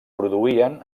produïen